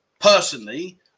Personally